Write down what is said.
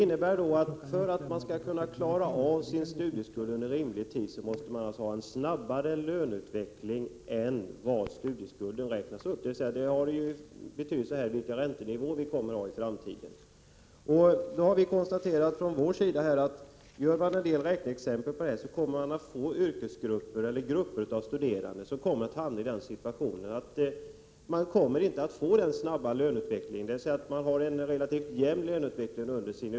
För att man skall kunna klara av sin studieskuld inom rimlig tid måste man få en snabbare löneutveckling än vad som motsvarar studieskuldens uppräkning, dvs. det beror på räntenivåerna i framtiden. På vårt håll har vi konstaterat att det kommer att uppstå grupper av studerande som inte får en tillräckligt snabb löneutveckling. Under den yrkesverksamma perioden är löneutvecklingen relativt jämn.